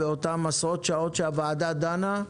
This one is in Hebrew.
באותן עשרות שעות שהוועדה דנה,